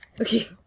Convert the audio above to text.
Okay